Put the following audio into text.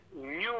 new